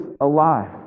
alive